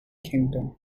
kingdom